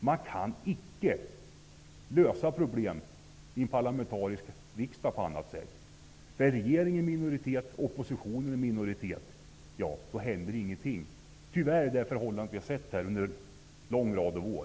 Det går icke att lösa problem på annat sätt i en parlamentarisk riksdag. Regeringen är i minoritet, och oppositionen är i minoritet. Ja, då händer ingenting. Tyvärr har förhållandet varit så under en lång rad av år.